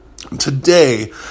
Today